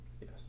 Yes